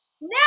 No